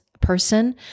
person